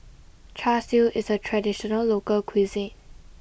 Char Siu is a traditional local cuisine